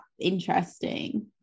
interesting